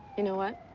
you know what?